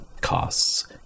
costs